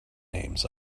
names